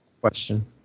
question